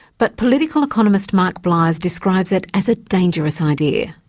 but political economist mark blyth describes it as a dangerous idea,